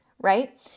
right